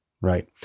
right